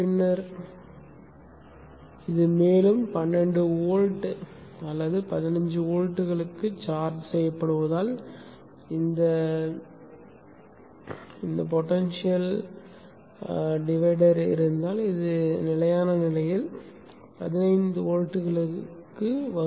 பின்னர் இது மேலும் 12 வோல்ட் அல்லது 15 வோல்ட்டுகளுக்கு சார்ஜ் செய்யப்படுவதால் இந்த பொடென்ஷியல் பிரிவு இருந்தால் இது நிலையான நிலையில் 15 வோல்ட்டுகளுக்கு வரும்